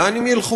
לאן הם ילכו?